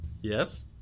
Yes